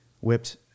whipped